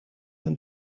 een